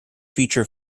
feature